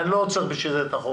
אני לא עוצר בשביל זה את החוק.